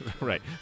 Right